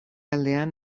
aldean